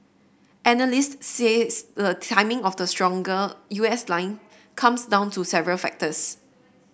analysts says the timing of the stronger U S line comes down to several factors